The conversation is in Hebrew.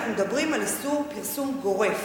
אנחנו מדברים על איסור פרסום גורף.